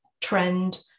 trend